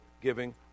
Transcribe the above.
giving